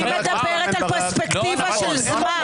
היא מדברת על פרספקטיבה של זמן.